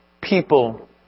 people